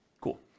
Cool